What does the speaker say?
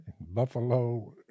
buffalo